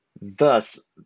Thus